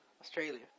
Australia